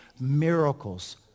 miracles